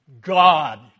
God